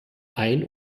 ein